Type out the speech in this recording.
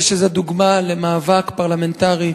אני חושב שזו דוגמה למאבק פרלמנטרי,